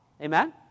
Amen